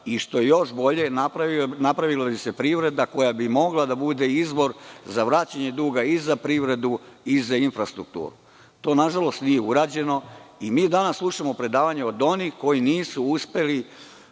i što je još bolje napravila bi se privreda koja bi mogla da bude izvor za vraćanje duga za privredu i infrastrukturu. To nažalost nije urađeno i mi danas slušamo predavanja od onih koji nisu uspeli